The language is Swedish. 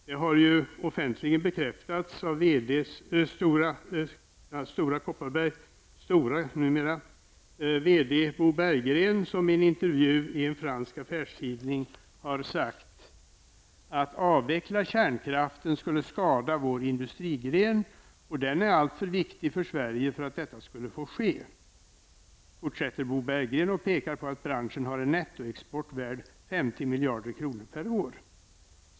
Det har ju offentligt bekräftats av Storas VD Bo Berggren som i en intervju i en fransk affärstidning har sagt: Att avveckla kärnkraften skulle skada vår industrigren, och den är alltför viktig för Sverige för att detta skulle få ske, fortsätter Bo Berggren och pekar på att branschen har en nettoexport värd 50 miljarder kronor per år.